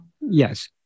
Yes